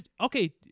Okay